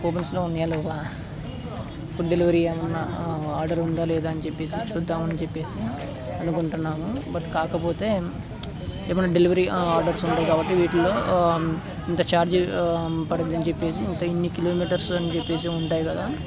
ఆక్యూపన్స్లో ఉన్నాయా లేవా food delivery ఏమైనా ఆర్డర్ ఉందా లేదా అని చెప్పేసి చూద్దామని చెప్పేసి అనుకుంటున్నాము బట్ కాకపోతే ఏమైనా డెలివరీ ఆర్డర్స్ ఉంటాయి కాబట్టి వీటిలో ఇంత ఛార్జ్ పడింది అని చెప్పేసి ఇంత ఇన్ని కిలోమీటర్స్ అని చెప్పేసి ఉంటాయి కదా